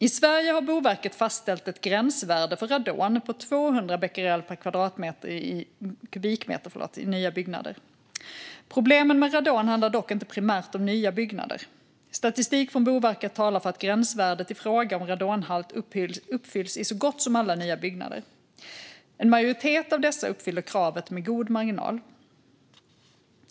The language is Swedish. I Sverige har Boverket fastställt ett gränsvärde för radon på 200 becquerel per kubikmeter i nya byggnader. Problemen med radon handlar dock inte primärt om nya byggnader. Statistik från Boverket talar för att gränsvärdet i fråga om radonhalt uppfylls i så gott som alla nya byggnader. En majoritet av dessa uppfyller kravet med god marginal.